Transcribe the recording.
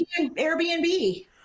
Airbnb